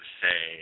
say